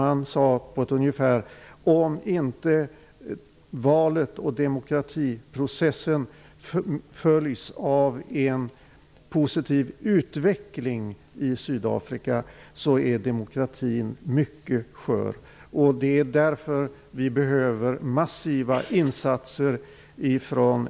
Han sade ungefär så här: Om inte valet och demokratiprocessen följs av en positiv utveckling i Sydafrika är demokratin mycket skör. Det är därför vi behöver massiva insatser från